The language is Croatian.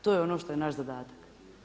To je ono što je naš zadatak.